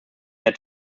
hat